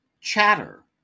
Chatter